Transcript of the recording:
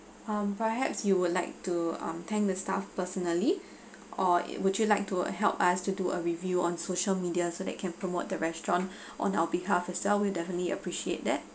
um perhaps you would like to um thank the staff personally or would you like to help us to do a review on social media so that can promote the restaurant on our behalf as well we'll definitely appreciate that